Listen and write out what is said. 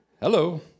Hello